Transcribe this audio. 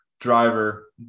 driver